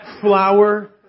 flour